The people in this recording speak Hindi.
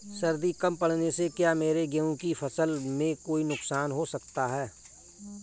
सर्दी कम पड़ने से क्या मेरे गेहूँ की फसल में कोई नुकसान हो सकता है?